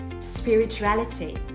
spirituality